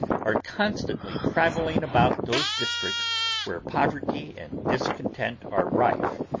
are constantly travelling about those districts where poverty and discontent are rife,